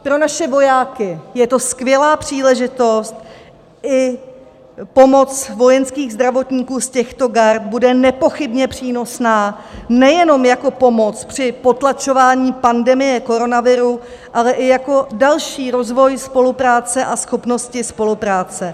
Pro naše vojáky je to skvělá příležitost, i pomoc vojenských zdravotníků z těchto gard bude nepochybně přínosná nejenom jako pomoc při potlačování pandemie koronaviru, ale i jako další rozvoj spolupráce a schopnosti spolupráce.